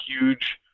huge